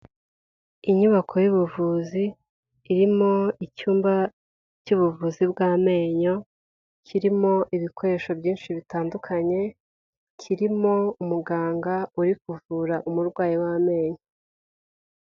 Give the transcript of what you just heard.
Inyubako y'ubuvuzi irimo icyumba cy'ubuvuzi bw'amenyo kirimo ibikoresho byinshi bitandukanye, kirimo umuganga uri kuvura umurwayi w'amenyo.